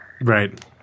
Right